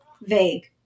vague